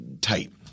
tight